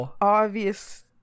obvious